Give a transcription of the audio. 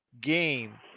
game